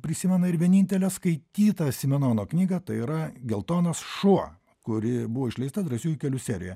prisimena ir vienintelę skaitytą simeono knygą tai yra geltonas šuo kuri buvo išleista drąsiųjų kelių serijoje